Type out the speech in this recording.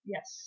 Yes